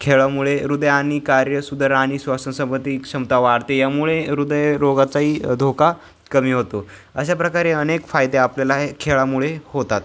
खेळांमुळे हृदय आणि कार्य सुधार आणि श्वसनसंबंधी क्षमता वाढते यामुळे हृदय रोगाचाही धोका कमी होतो अशा प्रकारे अनेक फायदे आपल्याला या खेळांमुळे होतात